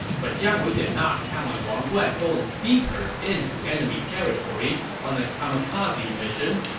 but jiang wei did not count on wang guan going deeper into enemy territory on a kamikaze mission,